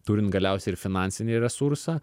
turint galiausiai ir finansinį resursą